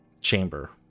chamber